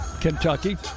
Kentucky